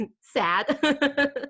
sad